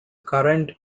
current